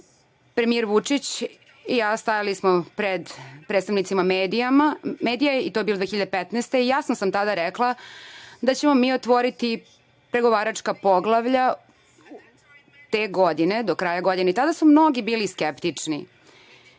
premijer Vučić i ja stajali smo pred predstavnicima medija i to je bilo 2015. godine i jasno sam tada rekla da ćemo mi otvoriti pregovaračka poglavlja te godine, do kraja godine i tada su mnogi bili skeptični.